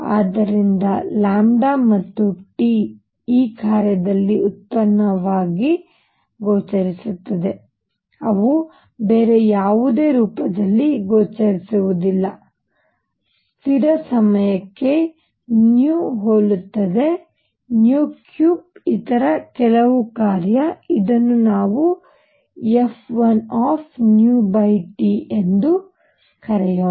ಆದ್ದರಿಂದ ಮತ್ತು T ಈ ಕಾರ್ಯದಲ್ಲಿ ಉತ್ಪನ್ನವಾಗಿ ಗೋಚರಿಸುತ್ತದೆ ಅವು ಬೇರೆ ಯಾವುದೇ ರೂಪದಲ್ಲಿ ಗೋಚರಿಸುವುದಿಲ್ಲ ಸ್ಥಿರ ಸಮಯಕ್ಕೆ ಹೋಲುತ್ತದೆ 3 ಇತರ ಕೆಲವು ಕಾರ್ಯ ಇದನ್ನು ನಾವು f1 ಎಂದು ಕರೆಯೋಣ